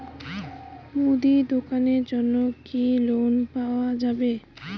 মুদি দোকানের জন্যে কি লোন পাওয়া যাবে?